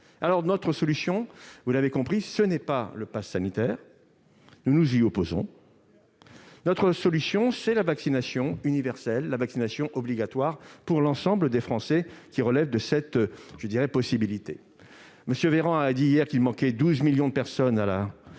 fait. Notre solution, vous l'avez compris, ce n'est pas le passe sanitaire, nous nous y opposons. Notre solution, c'est la vaccination universelle, la vaccination obligatoire pour l'ensemble des Français qui relèvent de cette possibilité. M. Véran a indiqué hier que 12 millions de personnes